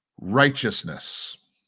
righteousness